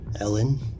Ellen